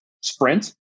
sprint